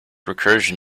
recursion